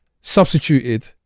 substituted